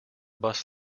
bus